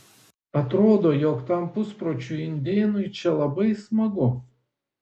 atrodo jog tam puspročiui indėnui čia labai smagu